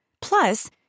Plus